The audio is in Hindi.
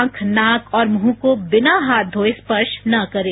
आंख नाक और मुंह को बिना हाथ धोये स्पर्श न करें